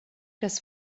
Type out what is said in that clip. das